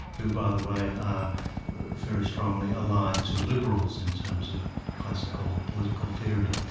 who by the way are very strongly allied to liberals in terms of classical political theory,